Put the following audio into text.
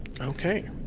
okay